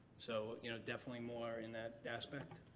so you know definitely more in that aspect.